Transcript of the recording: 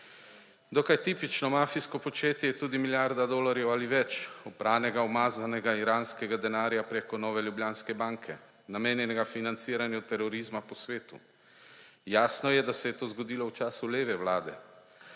Dokaj tipično mafijsko početje je tudi milijarda dolarjev ali več opranega umazanega iranskega denarja preko Nove Ljubljanske banke, namenjenega financiranju terorizma po svetu. Jasno je, da se je to zgodilo v času leve vlade.